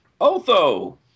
Otho